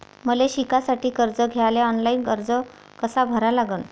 मले शिकासाठी कर्ज घ्याले ऑनलाईन अर्ज कसा भरा लागन?